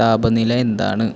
താപനില എന്താണ്